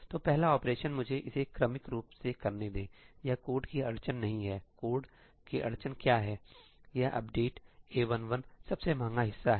तो पहला ऑपरेशन मुझे इसे क्रमिक रूप से करने देंयह कोड की अड़चन नहीं हैकोड की अड़चन कहां है यह अपडेट A11 सबसे महंगा हिस्सा है